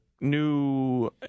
new